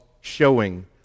showing